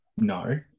No